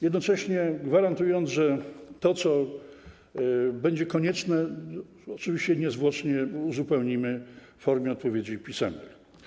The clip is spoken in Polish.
Jednocześnie gwarantuję, że to, co będzie konieczne, oczywiście niezwłocznie uzupełnimy w formie odpowiedzi pisemnych.